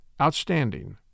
outstanding